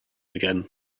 again